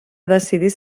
decidís